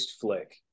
flick